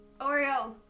oreo